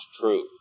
true